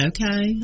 Okay